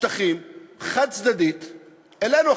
שטחים חד-צדדית אלינו.